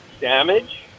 damage